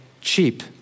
cheap